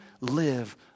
live